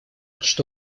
что